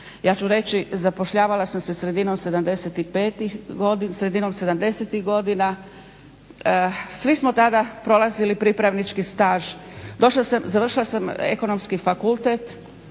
Ja ću reći zapošljavala sam se sredinom '70.-ih godina, svi smo tada prolazili pripravnički staž. Završila sam Ekonomski fakultet